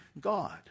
God